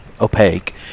Opaque